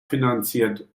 finanziert